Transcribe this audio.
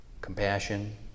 compassion